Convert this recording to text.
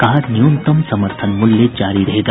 कहा न्यूनतम समर्थन मूल्य जारी रहेगा